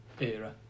era